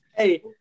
Hey